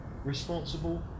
responsible